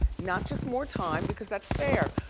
not just more time, because that's fair.